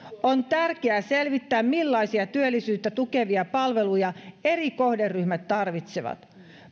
on tärkeää selvittää millaisia työllisyyttä tukevia palveluja eri kohderyhmät tarvitsevat